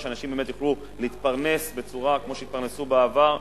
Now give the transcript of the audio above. ואנשים יוכלו להתפרנס כמו שהתפרנסו בעבר.